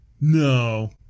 No